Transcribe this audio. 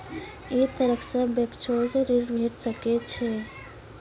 ऐ तरहक बैंकोसऽ ॠण भेट सकै ये?